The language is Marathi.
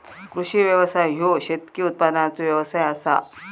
कृषी व्यवसाय ह्यो शेतकी उत्पादनाचो व्यवसाय आसा